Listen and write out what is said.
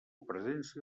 presència